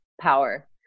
power